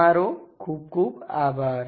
તમારો ખુબ ખુબ આભાર